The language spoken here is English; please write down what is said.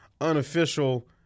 unofficial